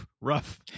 rough